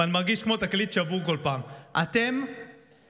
ואני מרגיש כמו תקליט שבור בכל פעם: אתם אלו